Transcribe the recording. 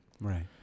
Right